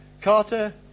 Carter